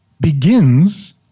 begins